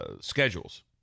schedules